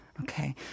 Okay